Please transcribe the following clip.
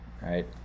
right